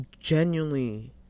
genuinely